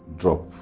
drop